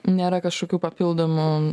nėra kažkokių papildomų